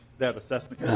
that assessment.